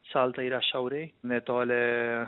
salta yra šiaurėj netoli